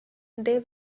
they